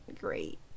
great